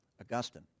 Augustine